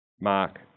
Mark